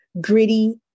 gritty